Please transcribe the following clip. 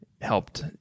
helped